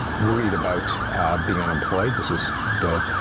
worried about being unemployed. this was the